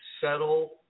settle